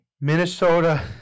Minnesota